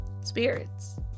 spirits